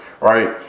right